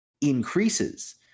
increases